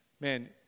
man